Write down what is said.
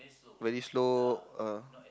very slow uh